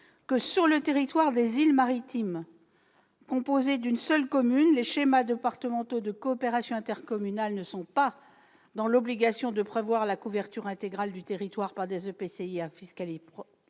que, « sur le territoire des îles maritimes composées d'une seule commune, les schémas départementaux de coopération intercommunale ne sont pas dans l'obligation de prévoir la couverture intégrale du territoire par des établissements